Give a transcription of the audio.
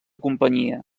companyia